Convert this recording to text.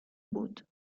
بود